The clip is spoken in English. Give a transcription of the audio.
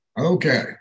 Okay